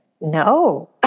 No